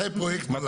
מתי פרויקט נולד.